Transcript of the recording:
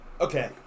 Okay